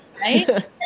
right